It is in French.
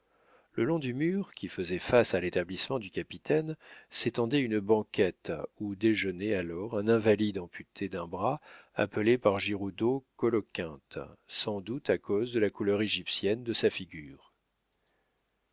le long du mur qui faisait face à l'établissement du capitaine s'étendait une banquette où déjeunait alors un invalide amputé d'un bras appelé par giroudeau coloquinte sans doute à cause de la couleur égyptienne de sa figure